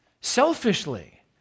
Selfishly